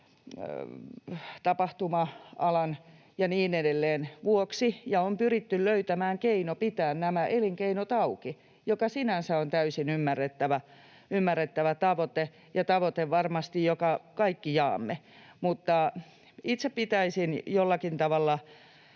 tapahtuma-alan ja niin edelleen vuoksi ja on pyritty löytämään keino pitää nämä elinkeinot auki, mikä sinänsä on täysin ymmärrettävä tavoite ja varmasti tavoite, jonka kaikki jaamme. Mutta itse pitäisin jollakin tavalla